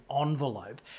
envelope